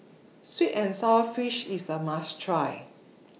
Sweet and Sour Fish IS A must Try